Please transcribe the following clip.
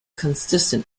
consistent